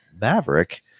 Maverick